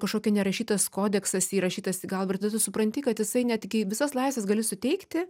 kažkokia nerašytas kodeksas įrašytas į galvą ir tada tu supranti kad jisai netgi visas laisves gali suteikti